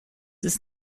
ist